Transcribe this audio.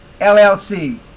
LLC